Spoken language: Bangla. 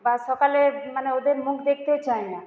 বা সকালে মানে ওদের মুখ দেখতে চায় না